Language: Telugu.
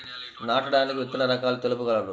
నాటడానికి విత్తన రకాలు తెలుపగలరు?